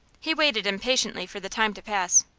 he waited impatiently for the time to pass.